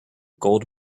gold